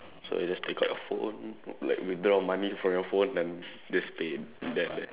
so you just take out your phone like withdraw money from your phone and just pay then and there